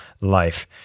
life